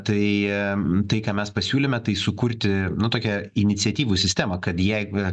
tai tai ką mes pasiūlėme tai sukurti nu tokią iniciatyvų sistemą kad jeigu